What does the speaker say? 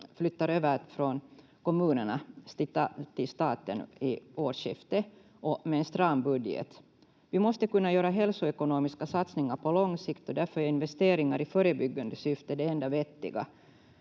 flyttar över från kommunerna till staten i årsskiftet, och med en stram budget. Vi måste kunna göra hälsoekonomiska satsningar på lång sikt, och därför är investeringar i förebyggande syfte det enda vettiga.